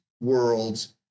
worlds